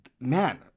man